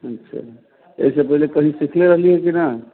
अच्छा एहिसे पहिले कहीं सिखले हलियै की न